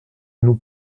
nous